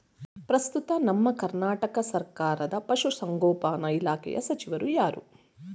ಪ್ರಸ್ತುತ ನಮ್ಮ ಕರ್ನಾಟಕ ಸರ್ಕಾರದ ಪಶು ಸಂಗೋಪನಾ ಇಲಾಖೆಯ ಸಚಿವರು ಯಾರು?